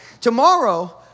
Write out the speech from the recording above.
tomorrow